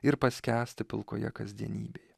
ir paskęsti pilkoje kasdienybėje